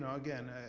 and again,